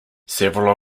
several